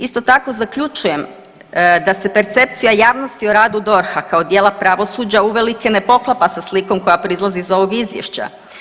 Isto tako, zaključujem da se percepcija javnosti o radu DORH-a kao dijela pravosuđa uvelike ne poklapa sa slikom koja proizlazi iz ovog Izvješća.